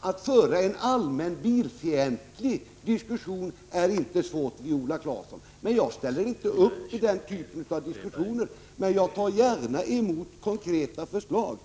Att föra en allmänt bilfientlig diskussion är inte svårt, Viola Claesson, men jag ställer inte upp på den typen av diskussion. Däremot tar jag gärna emot konkreta förslag